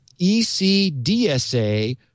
ECDSA